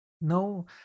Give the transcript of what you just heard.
No